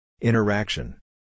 Interaction